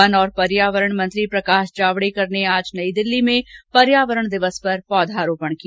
one और पर्यावरण मंत्री प्रकाश जावड़ेकर ने आज नई दिल्ली में पर्यावरण दिवस पर पौधारोपण किया